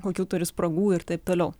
kokių turi spragų ir taip toliau